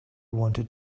wanted